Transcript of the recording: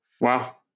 Wow